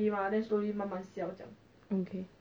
thailand ya lah